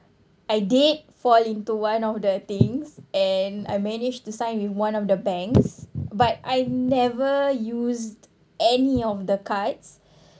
I did fall into one of the things and I managed to sign with one of the banks but I never used any of the cards